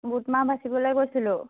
বুটমাহ বাচিবলৈ গৈছিলোঁ